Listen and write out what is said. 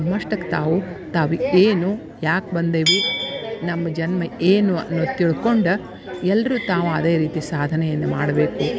ತಮ್ಮಷ್ಟಕ್ಕೆ ತಾವು ತಾವು ಏನು ಯಾಕೆ ಬಂದೇವಿ ನಮ್ಮ ಜನ್ಮ ಏನು ಅನ್ನೋದು ತಿಳ್ಕೊಂಡು ಎಲ್ಲರೂ ತಾವು ಅದೇ ರೀತಿ ಸಾಧನೆಯನ್ನು ಮಾಡಬೇಕು